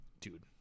dude